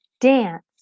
dance